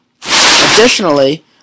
Additionally